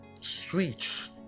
switch